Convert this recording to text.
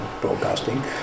broadcasting